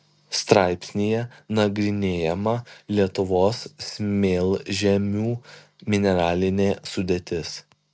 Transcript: straipsnyje nagrinėjama lietuvos smėlžemių mineralinė sudėtis